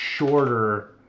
shorter